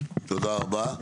תודה רבה.